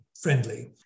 friendly